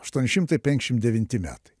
aštuoni šimtai penkiasdešim devinti metai